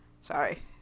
Sorry